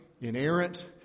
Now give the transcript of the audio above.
inerrant